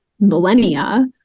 millennia